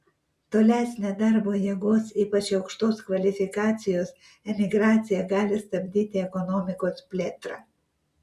tolesnė darbo jėgos ypač aukštos kvalifikacijos emigracija gali stabdyti ekonomikos plėtrą